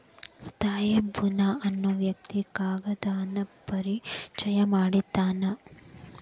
ತ್ಸಾಯಿ ಬುನಾ ಅನ್ನು ವ್ಯಕ್ತಿ ಕಾಗದಾನ ಪರಿಚಯಾ ಮಾಡಿದಾವ